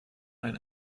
ein